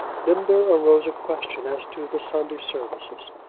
then there arose a question as to the sunday services,